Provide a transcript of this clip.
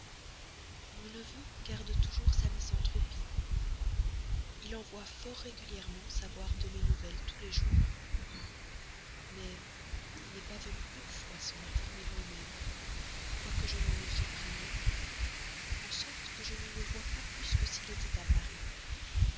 mon neveu garde toujours sa misanthropie il envoie fort régulièrement savoir de mes nouvelles tous les jours mais il n'est pas venu une fois s'en informer lui-même quoique je l'en aie fait prier en sorte que je le vois pas plus que s'il était à paris